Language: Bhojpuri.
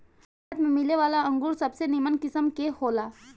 भारत में मिलेवाला अंगूर सबसे निमन किस्म के होला